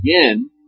again